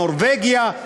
נורבגיה,